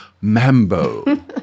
mambo